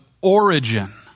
origin